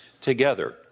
together